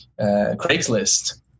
Craigslist